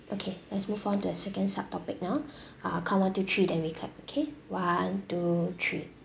okay let's move on to the second sub-topic now uh count one two three then we clap okay one two three